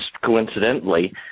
coincidentally